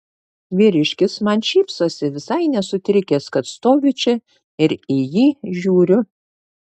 vyriškis man šypsosi visai nesutrikęs kad stoviu čia ir į jį žiūriu